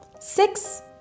six